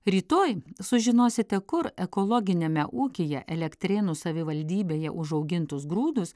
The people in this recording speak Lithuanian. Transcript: rytoj sužinosite kur ekologiniame ūkyje elektrėnų savivaldybėje užaugintus grūdus